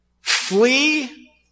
Flee